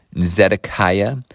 Zedekiah